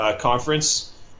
Conference